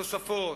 תוספות,